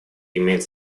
имеет